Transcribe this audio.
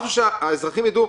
משהו שהאזרחים יידעו.